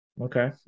okay